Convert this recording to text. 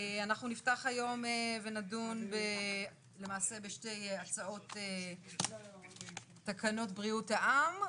אנחנו נפתח היום ונדון למעשה בשתי הצעות תקנות בריאות העם,